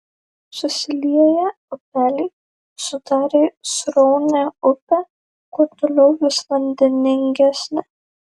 susilieję upeliai sudarė sraunią upę kuo toliau vis vandeningesnę